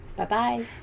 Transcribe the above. Bye-bye